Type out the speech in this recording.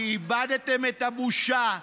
כי איבדתם את הבושה.